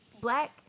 black